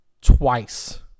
twice